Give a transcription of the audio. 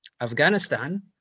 Afghanistan